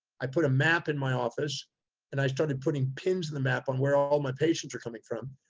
i put a map in my office and i started putting pins in the map on where all my patients are coming from.